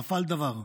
נפל דבר,